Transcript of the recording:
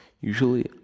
usually